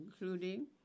including